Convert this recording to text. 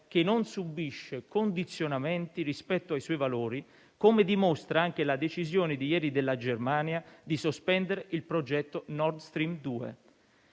che non subisce condizionamenti rispetto ai suoi valori, come dimostra anche la decisione di ieri della Germania di sospendere il progetto Nord Stream 2.